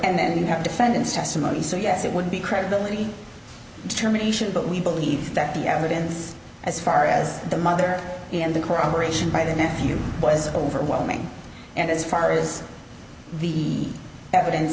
and then you have defendant's testimony so yes it would be credibility determination but we believe that the evidence as far as the mother and the corroboration by the nephew was overwhelming and as far as the evidence